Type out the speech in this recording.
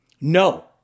No